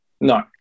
No